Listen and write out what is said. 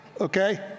Okay